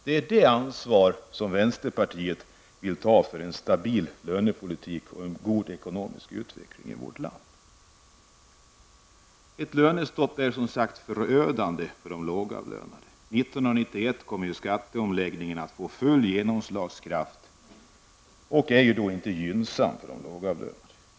Det är ett ansvar som vänsterpartiet vill ta för att garantera en stabil lönepolitik och god ekonomisk utveckling i vårt land. Ett lönestopp är som sagt förödande för de lågavlönade. 1991 kommer skatteomläggningen att få full genomslagskraft och då är inte särskilt gynnsam för de lågavlönade.